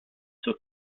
zur